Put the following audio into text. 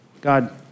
God